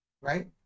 right